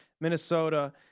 Minnesota